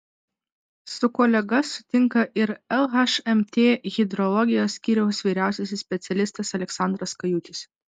su kolega sutinka ir lhmt hidrologijos skyriaus vyriausiasis specialistas aleksandras kajutis